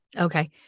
Okay